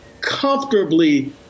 comfortably